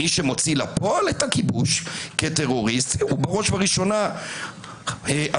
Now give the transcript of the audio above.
מי שמוציא לפועל את הכיבוש כטרוריסט הוא בראש ובראשונה המתנחלים,